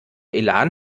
elan